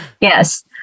Yes